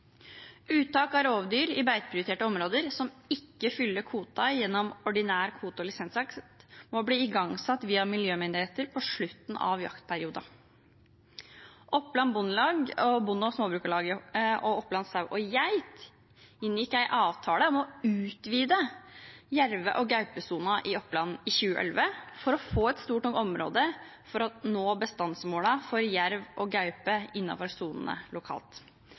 Uttak av rovdyr i beiteprioriterte områder som ikke fyller kvoten gjennom ordinær kvote- og lisensjakt, må bli igangsatt via miljømyndigheter på slutten av jaktperioden. Oppland Bondelag, Oppland Bonde- og Småbrukarlag og Oppland Sau og Geit inngikk en avtale om å utvide jerve- og gaupesonen i Oppland i 2011 for å få et stort nok område til å nå bestandsmålene for jerv og gaupe innenfor sonene lokalt.